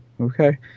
okay